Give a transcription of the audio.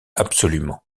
absolument